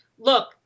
look